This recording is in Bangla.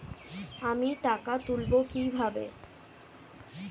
আমি টাকা তুলবো কি ভাবে?